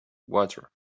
water